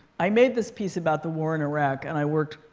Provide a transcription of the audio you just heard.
i made this piece about the war in iraq. and i worked